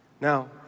Now